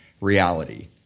reality